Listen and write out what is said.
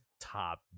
top